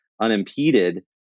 unimpeded